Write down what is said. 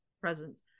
presence